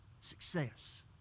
success